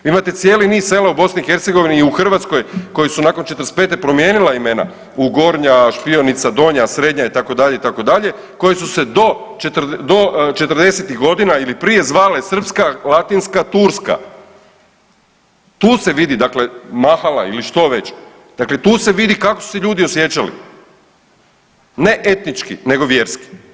Imate cijeli niz sela u BiH i u Hrvatskoj koji su nakon '45. promijenila imena u Gornja Špionica, Donja, Srednja itd., itd. koji su se do četrdesetih godina ili prije zvale srpska, latinska, turska tu se vidi dakle Mahala ili što već dakle tu se vidi kako su se ljudi osjećali, ne etnički nego vjerski.